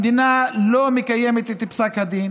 המדינה לא מקיימת את פסק הדין